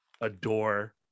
adore